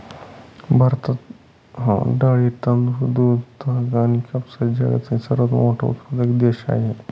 भारत हा डाळी, तांदूळ, दूध, ताग आणि कापसाचा जगातील सर्वात मोठा उत्पादक देश आहे